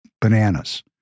bananas